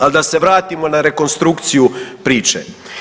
Al da se vratimo na rekonstrukciju priče.